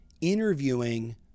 interviewing